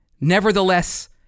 Nevertheless